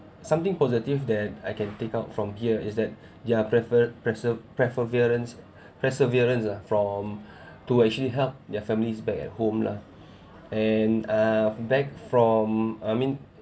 something positive that I can take out from here is that their preferred preser~ prefeverence perseverance ah from to actually help their families back at home lah and uh back from I mean